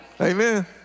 Amen